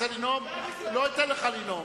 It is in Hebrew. לא אתן לך לנאום.